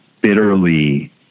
bitterly